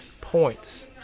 points